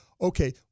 okay